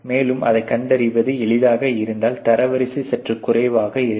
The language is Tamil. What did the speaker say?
மேலும் அதைக் கண்டறிவது எளிதாக இருந்தால் தரவரிசை சற்று குறைவாக இருக்கும்